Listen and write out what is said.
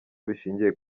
bishingiye